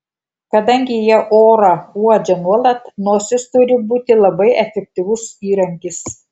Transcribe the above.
kadangi jie orą uodžia nuolat nosis turi būti labai efektyvus įrankis